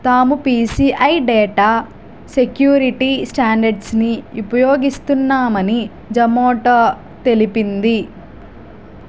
తాము PCI data security స్టాండర్డ్స్ని ఉపయోగిస్తామని జొమోటో తెలిపింది